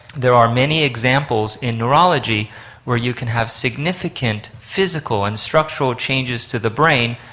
there are many examples in neurology where you can have significant physical and structural changes to the brain,